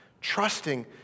trusting